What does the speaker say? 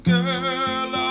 Girl